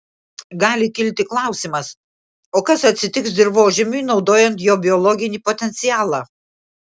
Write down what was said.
gali kilti klausimas o kas atsitiks dirvožemiui naudojant jo biologinį potencialą